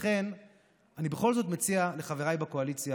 אני בכל זאת מציע לחבריי בקואליציה,